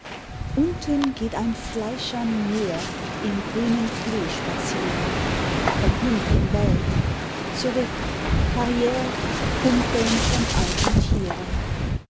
unten geht ein fleischern meer im grünen klee spazieren vom hund umbellt zurück carrire humpeln von alten tieren